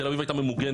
תל אביב הייתה ממוגנת,